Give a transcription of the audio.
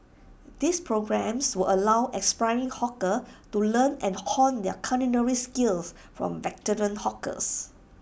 this programmes will allow aspiring hawkers to learn and hone their culinary skills from veteran hawkers